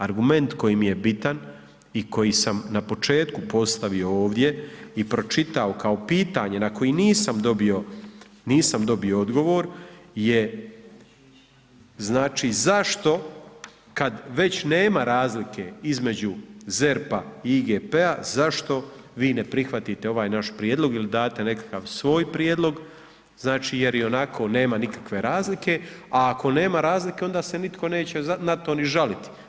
Argument koji mi je bitan i koji sam na početku postavio ovdje i pročitao kao pitanje na koji nisam dobio odgovor je, znači, zašto kad već nema razlike između ZERP-a i IGP-a zašto vi ne prihvatite ovaj naš prijedlog ili date nekakav svoj prijedlog, znači, jer ionako nema nikakve razlike, a ako nema razlike, onda se nitko neće na to ni žaliti.